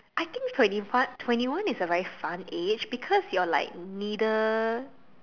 I think twenty one twenty one is a very fun age because you're like neither